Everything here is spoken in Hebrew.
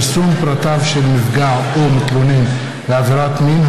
(פרסום פרטיו של נפגע או מתלונן בעבירת מין),